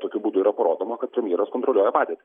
ir tokiu būdu yra parodoma kad premjeras kontroliuoja padėtį